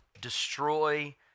Destroy